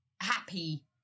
happy